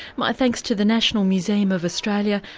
my thanks to the national museum of australia,